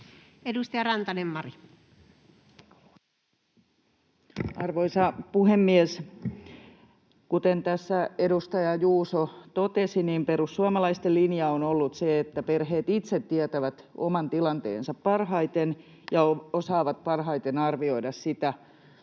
19:30 Content: Arvoisa puhemies! Kuten tässä edustaja Juuso totesi, perussuomalaisten linja on ollut se, että perheet itse tietävät oman tilanteensa parhaiten ja osaavat parhaiten arvioida sitä,